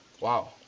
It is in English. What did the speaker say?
Wow